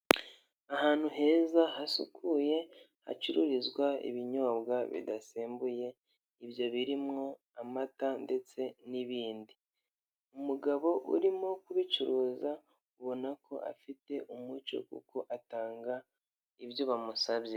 Ahantu heza hasukuye hacururizwa ibinyobwa bidasembuye, ibyo birimo amata ndetse n'ibindi, umugabo urimo kubicuruza ubona ko afite umuco kuko atanga ibyo bamusabye.